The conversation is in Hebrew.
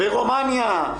ברומניה,